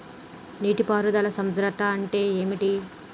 నీటి పారుదల సంద్రతా అంటే ఏంటిది?